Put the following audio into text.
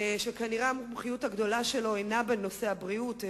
כנראה המומחיות הגדולה שלו אינה בנושא הבריאות,